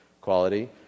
quality